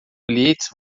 bilhetes